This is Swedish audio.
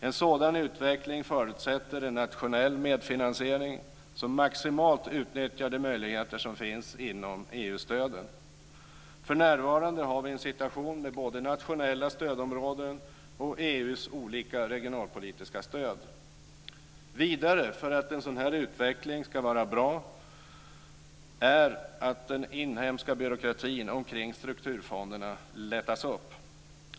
En sådan utveckling förutsätter en nationell medfinansiering som maximalt utnyttjar de möjligheter som finns inom EU stöden. För närvarande har vi en situation med både nationella stödområden och EU:s olika regionalpolitiska stöd. För att en sådan här utveckling ska vara bra måste den inhemska byråkratin omkring strukturfonderna lättas upp.